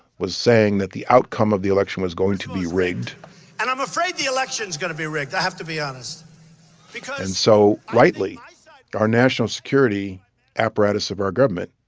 was saying that the outcome of the election was going to be rigged and i'm afraid the election's going to be rigged. i have to be honest because. and so rightly so like our national security apparatus of our government,